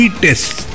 tests